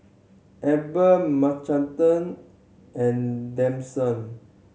Ebbie and